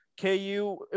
KU